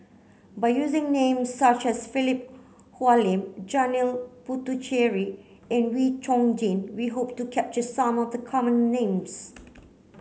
by using names such as Philip Hoalim Janil Puthucheary and Wee Chong Jin we hope to capture some of the common names